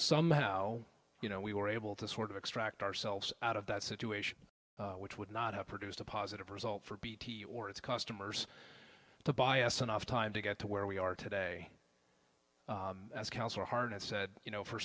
somehow you know we were able to sort of extract ourselves out of that situation which would not have produced a positive result for bt or its customers to buy us enough time to get to where we are today as council harness said you know for